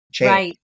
Right